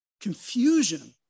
confusion